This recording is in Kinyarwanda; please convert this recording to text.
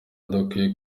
idakwiye